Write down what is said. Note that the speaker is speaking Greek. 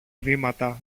βήματα